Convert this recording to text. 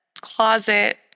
closet